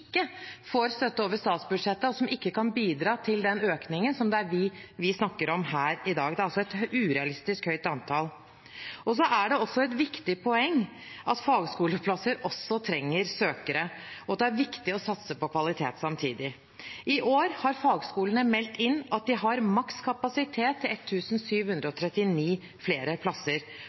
får støtte over statsbudsjettet, og som ikke kan bidra til den økningen vi snakker om her i dag. Det er altså et urealistisk høyt antall. Det er også et viktig poeng at fagskoleplasser også trenger søkere, og det er viktig å satse på kvalitet samtidig. I år har fagskolene meldt inn at de har kapasitet til maks 1 739 flere plasser.